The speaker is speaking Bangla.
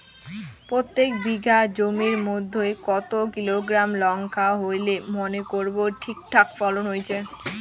প্রত্যেক বিঘা জমির মইধ্যে কতো কিলোগ্রাম লঙ্কা হইলে মনে করব ঠিকঠাক ফলন হইছে?